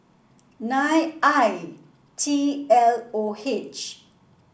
nine I T L O H